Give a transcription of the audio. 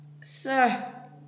sir